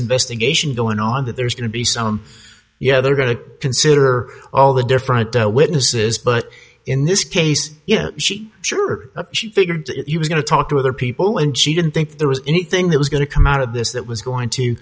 investigation going on that there's going to be some yeah they're going to consider all the different witnesses but in this case yeah she sure she figured she was going to talk to other people and she didn't think there was anything that was going to come out of this that was going to